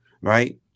right